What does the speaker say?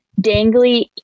dangly